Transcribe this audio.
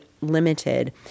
limited